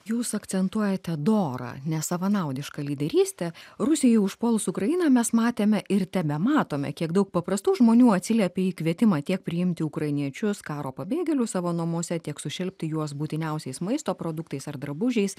jūs akcentuojate dorą nesavanaudišką lyderystę rusijai užpuolus ukrainą mes matėme ir tebematome kiek daug paprastų žmonių atsiliepė į kvietimą tiek priimti ukrainiečius karo pabėgėlių savo namuose tiek sušelpti juos būtiniausiais maisto produktais ar drabužiais